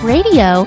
Radio